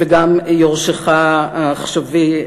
וגם יורשך העכשווי,